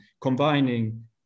combining